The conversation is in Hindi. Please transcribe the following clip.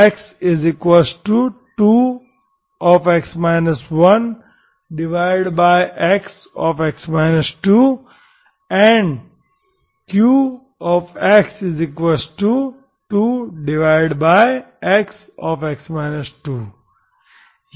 ये इस डोमेन x∈ 0 2 के भीतर पावर सीरीज रखते हैं